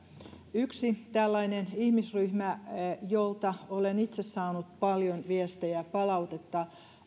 yksi tällainen ihmisryhmä jolta olen itse saanut paljon viestejä ja palautetta